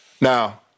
Now